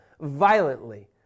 violently